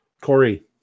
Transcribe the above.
Corey